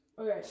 okay